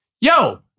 yo